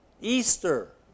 Easter